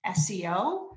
SEO